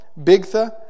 bigtha